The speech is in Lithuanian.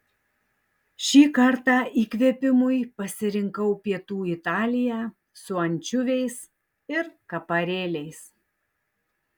šį kartą įkvėpimui pasirinkau pietų italiją su ančiuviais ir kaparėliais